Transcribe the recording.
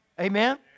Amen